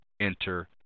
enter